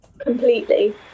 Completely